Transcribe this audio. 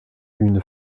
une